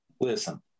Listen